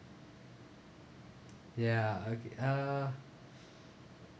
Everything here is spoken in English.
ya okay~ uh